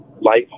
life